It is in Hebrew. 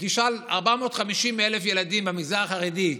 אם תשאל, אז 450,000 ילדים במגזר החרדי,